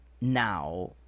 now